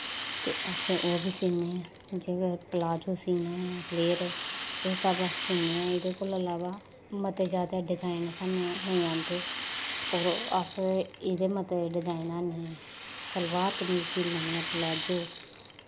ते अस ओह् बी सीन्ने ऐं जेकर पलाजो सीना ऐ फ्लेयर एह् सब अस सीन्ने ऐं एह्दे कोला दा अलावा मते जैदा डिज़ाइन सानूं नेईं आंदे होर अस इदे मते डिज़ाइन ऐनी सलवार कमीच सी लैन्ने ऐं पलाजो